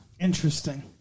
Interesting